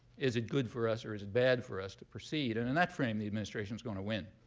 is it good for us or is it bad for us to proceed? and in that frame, the administration's going to win,